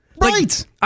Right